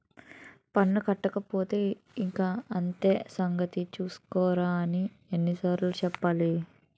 పన్ను కట్టకపోతే ఇంక అంతే సంగతి చూస్కోరా అని ఎన్ని సార్లు చెప్పాలి